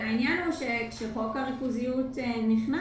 העניין הוא שכשחוק הריכוזיות נכנס,